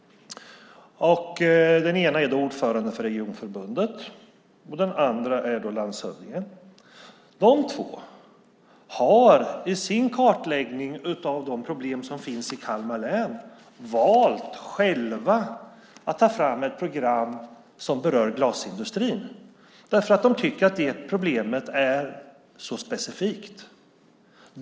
Den ena är ordförande i regionförbundet, den andra är landshövdingen. De två har i sin kartläggning av problemen i Kalmar län själva valt att ta fram ett program som berör glasindustrin eftersom de tycker att det problemet är så specifikt.